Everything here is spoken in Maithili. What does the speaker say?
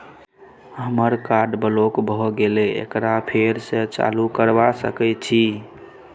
हमर कार्ड ब्लॉक भ गेले एकरा फेर स चालू करबा सके छि?